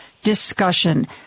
discussion